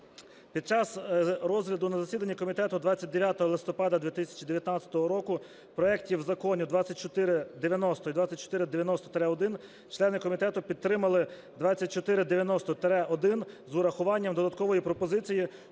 Під час розгляду на засіданні комітету 29 листопада 2019 року проектів законів 2490 і 2490-1 члени комітету підтримали 2490-1 з урахуванням додаткової пропозиції